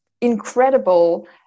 incredible